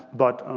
but